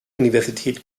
universität